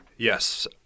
Yes